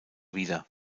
wieder